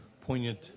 poignant